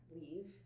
leave